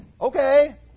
Okay